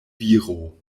viro